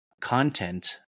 content